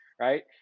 right